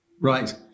Right